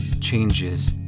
changes